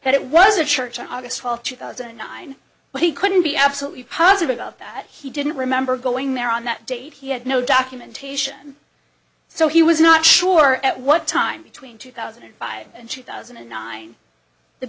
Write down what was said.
that it was a church on august twelfth two thousand and nine but he couldn't be absolutely positive about that he didn't remember going there on that date he had no documentation so he was not sure at what time between two thousand and five and two thousand and nine the